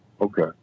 Okay